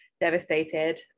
devastated